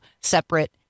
separate